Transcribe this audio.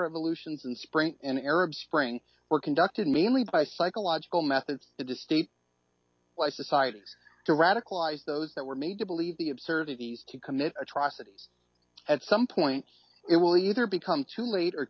illusions and spring in arab spring were conducted mainly by psychological methods the distain by society to radicalize those that were made to believe the absurdities to commit atrocities at some point it will either become too late or